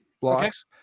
blocks